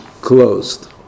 closed